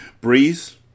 Breeze